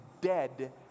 dead